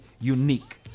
unique